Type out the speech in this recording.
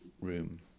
room